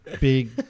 big